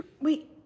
wait